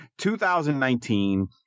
2019